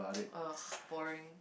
ugh boring